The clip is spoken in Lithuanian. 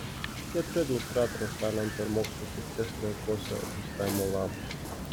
neturiu administratoriaus talento ir mokslo srities neaukosiu administravimo labui